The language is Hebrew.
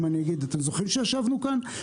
אני אגיד: אתם זוכרים שישבנו כאן,